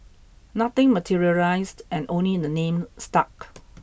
nothing materialised and only the name stuck